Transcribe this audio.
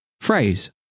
Phrase